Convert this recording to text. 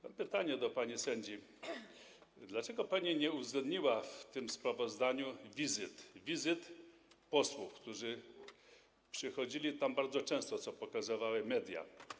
Mam pytanie do pani sędzi: Dlaczego pani nie uwzględniła w tym sprawozdaniu wizyt posłów, którzy przychodzili tam bardzo często, co pokazywały media?